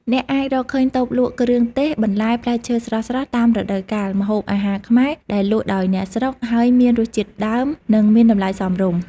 អ្នកអាចរកឃើញតូបលក់គ្រឿងទេស បន្លែ ផ្លែឈើស្រស់ៗតាមរដូវកាល ម្ហូបអាហារខ្មែរដែលលក់ដោយអ្នកស្រុក ហើយមានរសជាតិដើម និងមានតម្លៃសមរម្យ។